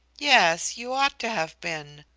yes, you ought to have been.